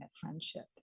friendship